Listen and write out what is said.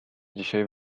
dzisiaj